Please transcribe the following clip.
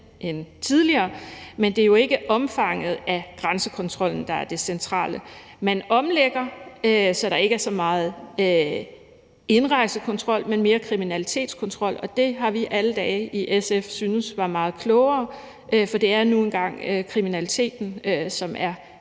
end tidligere, men det er jo ikke omfanget af grænsekontrollen, der er det centrale. Man omlægger, så der ikke er så meget indrejsekontrol, men mere kriminalitetskontrol, og det har vi i SF alle dage syntes var meget klogere. For det er nu engang den